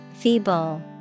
Feeble